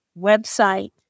website